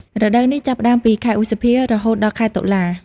រដូវនេះចាប់ផ្តើមពី ខែឧសភា រហូតដល់ខែតុលា។